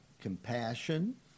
compassion